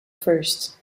first